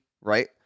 right